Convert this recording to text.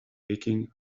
picking